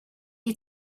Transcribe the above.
had